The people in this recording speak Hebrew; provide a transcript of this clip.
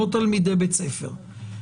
או תלמידי בית ספר.